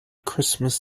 christmas